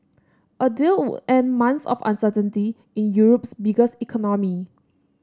a deal would end months of uncertainty in Europe's biggest economy